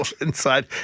inside